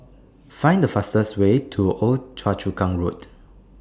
Find The fastest Way to Old Choa Chu Kang Road